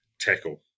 tackle